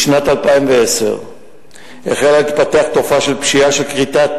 בשנת 2010 החלה להתפתח תופעה של פשיעה של כריתת